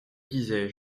disais